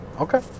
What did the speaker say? Okay